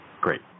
Great